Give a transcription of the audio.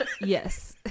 Yes